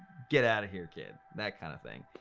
get out of here, kid. that kind of thing.